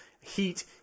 heat